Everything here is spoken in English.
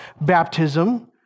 baptism